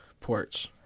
ports